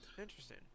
Interesting